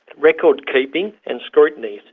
record keeping and scrutiny.